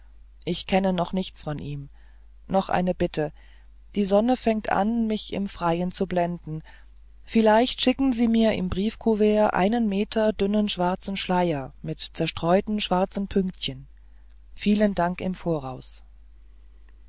ich kenne noch nichts von ihm noch eine bitte die sonne fängt an mich im freien zu blenden vielleicht schicken sie mir im briefcouvert einen meter dünnen schwarzen schleier mit zerstreuten schwarzen pünktchen vielen dank im voraus